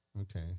okay